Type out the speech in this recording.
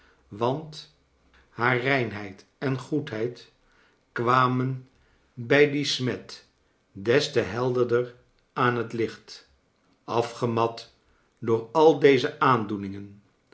want haar reinheid en goedheid kwamen bij dien smet cles te helderder aan het licht afgemat door al deze aandoeningen